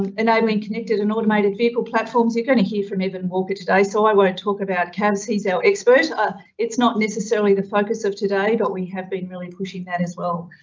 and i mean connected and automated vehicle platforms. you're going to hear from evan walker today. so i won't talk about cavs. he's our expert. ah it's not necessarily the focus of today, but we have been really pushing that as well.